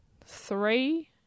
three